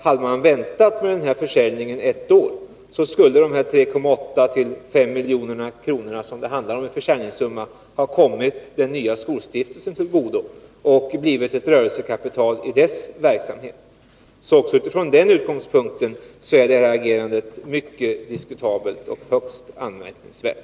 Hade man väntat med försäljningen ett år, skulle försäljningssumman på 3,8-5 milj.kr. ha kommit den nya skolstiftelsen till godo och blivit ett rörelsekapital i dess verksamhet. Också från den utgångspunkten är alltså det här agerandet mycket diskutabelt och högst anmärkningsvärt.